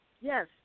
Yes